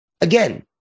Again